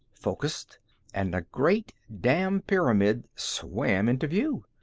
focused and a great damn pyramid swam into view.